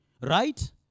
right